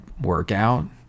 workout